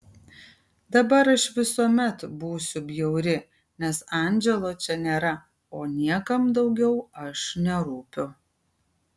dabar aš visuomet būsiu bjauri nes andželo čia nėra o niekam daugiau aš nerūpiu